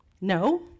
No